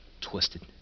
twisted